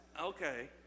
Okay